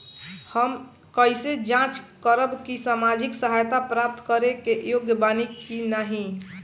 हम कइसे जांच करब कि सामाजिक सहायता प्राप्त करे के योग्य बानी की नाहीं?